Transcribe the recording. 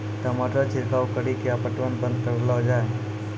टमाटर छिड़काव कड़ी क्या पटवन बंद करऽ लो जाए?